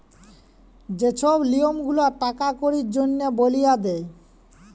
যে ছব লিয়ম গুলা টাকা কড়ির জনহে বালিয়ে দে